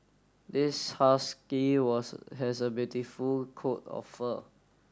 this husky was has a beautiful coat of fur